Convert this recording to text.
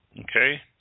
Okay